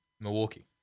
Milwaukee